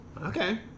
Okay